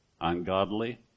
ungodly